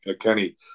Kenny